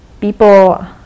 people